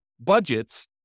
budgets